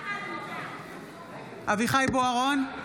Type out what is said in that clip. אברהם בוארון,